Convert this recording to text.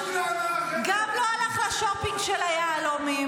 גם לא הלך לשופינג של היהלומים.